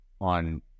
on